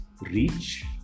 reach